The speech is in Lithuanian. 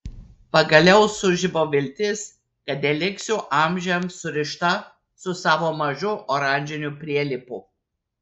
pagaliau sužibo viltis kad neliksiu amžiams surišta su savo mažu oranžiniu prielipu